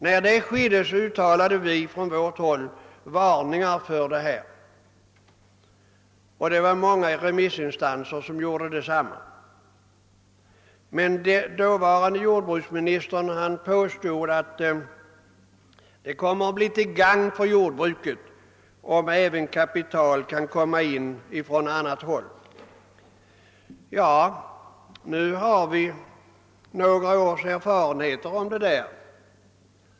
Vid det tillfället uttalade vi från vårt håll varningar mot en sådan uppluckring, och många remissinstanser gjorde också detta. Dåvarande jordbruksministern påstod emellertid att det skulle bli till gagn för jordbruket, om det kunde tillföras även kapital från annat håll. Nu har vi några års erfarenheter av detta.